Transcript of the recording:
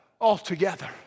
altogether